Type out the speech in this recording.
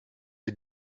sie